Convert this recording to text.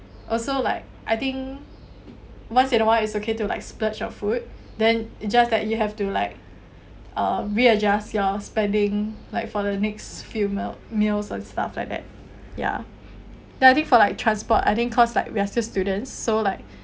also like I think once in a while is okay to like splurge on food then it just like you have to like uh readjust your spending like for the next few meals and stuff like that ya then I think for like transport I think cause like we are still students so like